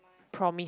promise